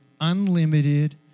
unlimited